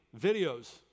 videos